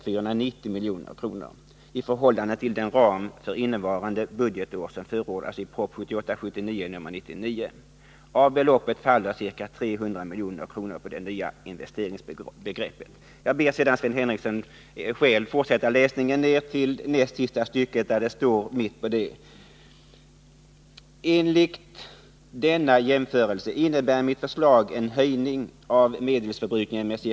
490 milj.kr. i förhållande till den ram för innevarande budgetår som förordades i prop 1978/79:99. Av beloppet faller ca. 300 milj.kr. på det nya investeringsbegreppet.” Jag ber sedan Sven Henricsson att själv fortsätta läsningen ned till mitten av näst sista stycket, där det står: ”Enligt denna jämförelse innebär mitt förslag en höjning av medelsförbrukningen med ca.